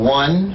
one